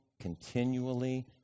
continually